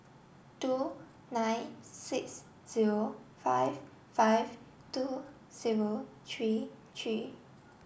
two nine six zero five five two zero three three